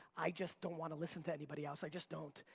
i just don't want to listen to anybody else. i just don't.